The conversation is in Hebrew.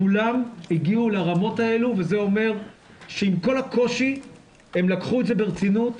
כולם הגיעו לרמות האלה וזה אומר שעם כל הקושי הם לקחו את זה ברצינות,